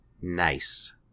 Nice